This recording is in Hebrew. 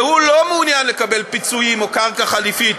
והוא לא מעוניין לקבל פיצויים או קרקע חלופית,